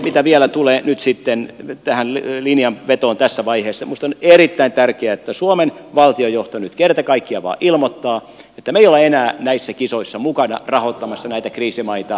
mitä vielä tulee tähän linjanvetoon tässä vaiheessa minusta on erittäin tärkeää että suomen valtion johto nyt kerta kaikkiaan vain ilmoittaa että me emme ole enää näissä kisoissa mukana rahoittamassa näitä kriisimaita